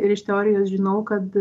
ir iš teorijos žinau kad